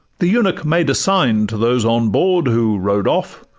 the eunuch made a sign to those on board, who row'd off,